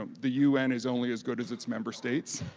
um the un is only as good as its member states.